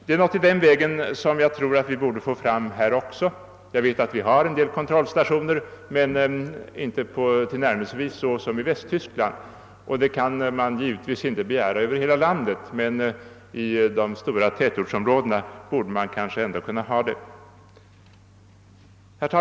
Det är något i den vägen jag tror att vi borde få fram här också. Jag vet att vi har en del kontrollstationer, men de ligger inte tillnärmelsevis så tätt som i Västtyskland. Det kan man givetvis inte heller begära över hela landet, men i de största tätortsområdena borde man kanske ändå kunna ha det.